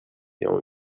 ayant